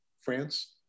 France